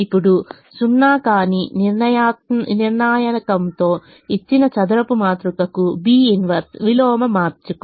ఇప్పుడు 0 కాని నిర్ణాయకంతో ఇచ్చిన చదరపు మాతృకకు B 1 విలోమ మాతృక